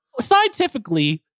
Scientifically